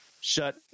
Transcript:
shut